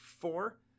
four